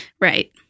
Right